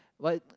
what